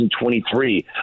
2023